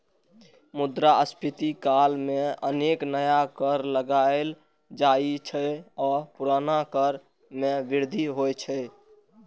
मुद्रास्फीति काल मे अनेक नया कर लगाएल जाइ छै आ पुरना कर मे वृद्धि होइ छै